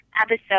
episode